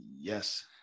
yes